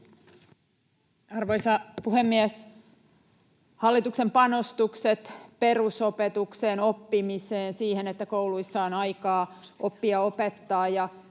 Arvoisa puhemies! Hallituksen panostukset perusopetukseen, oppimiseen, siihen, että kouluissa on aikaa oppia ja opettaa,